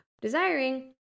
desiring